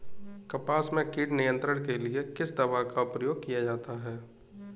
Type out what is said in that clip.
कपास में कीट नियंत्रण के लिए किस दवा का प्रयोग किया जाता है?